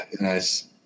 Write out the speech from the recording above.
Nice